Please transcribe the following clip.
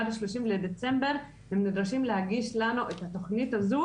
עד השלושים לדצמבר הם נדרשים להגיש לנו את התכנית הזו,